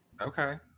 Okay